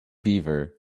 beaver